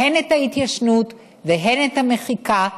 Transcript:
הן את ההתיישנות והן את המחיקה,